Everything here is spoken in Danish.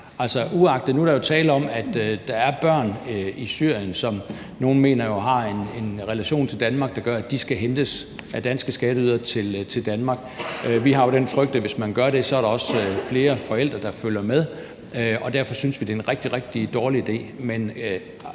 Nu er der jo tale om, at der er børn i Syrien, som nogle mener har en relation til Danmark, der gør, at de skal hentes til Danmark på danske skatteyderes regning. Vi har jo den frygt, at hvis man gør det, er der også flere forældre, der følger med, og derfor synes vi, det er en rigtig, rigtig dårlig idé.